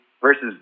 versus